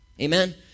Amen